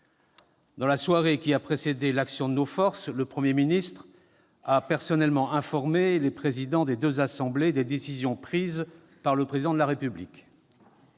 Dans la soirée qui a précédé l'action de nos forces, le Premier ministre a personnellement informé les présidents des deux assemblées des décisions prises par le Président de la République.